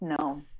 No